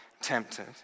tempted